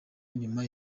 nyuma